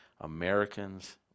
Americans